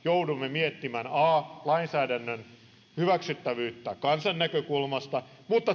joudumme miettimään a lainsäädännön hyväksyttävyyttä kansan näkökulmasta mutta toisaalta b sen hyväksyttävyyttä suurten